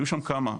היו שם כמה,